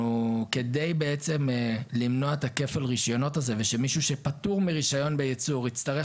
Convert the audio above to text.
כדי למנוע את כפל הרישיונות הזה ושמישהו שפטור מרישיון בייצור יצטרך